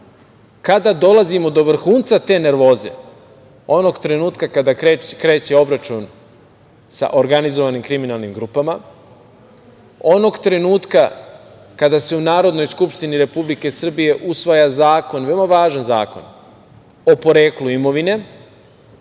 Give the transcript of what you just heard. kada dolazimo do vrhunca te nervoze onog trenutka kada kreće obračun sa organizovanim kriminalnim grupama, onog trenutka kada se u Narodnoj skupštini Republike Srbije usvaja zakon, veoma važan Zakon o poreklu imovine,